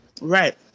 Right